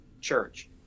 church